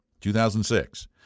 2006